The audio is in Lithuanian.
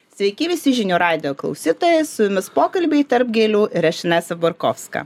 sveiki visi žinių radijo klausytojai su jumis pokalbiai tarp gėlių ir aš inesa borkovska